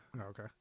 okay